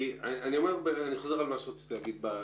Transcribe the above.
אני חזור על מה שרציתי להגיד בהתחלה.